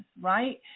right